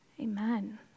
Amen